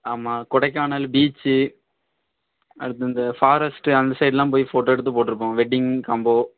ஆமாம் கொடைக்கானல் பீச்சு அடுத்து அந்த ஃபாரஸ்ட்டு அந்த சைடுலாம் போய் போட்டோ எடுத்து போட்டுருப்போம் வெட்டிங் காம்போ